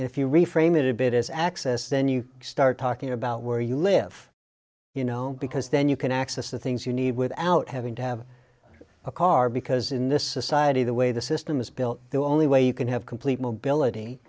as access then you start talking about where you live you know because then you can access the things you need without having to have a car because in this society the way the system is built the only way you can have complete mobility